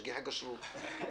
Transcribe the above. משגיחי כשרות,